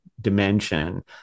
dimension